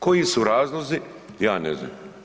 Koji su razlozi ja ne znam.